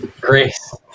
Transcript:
Grace